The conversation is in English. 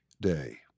Day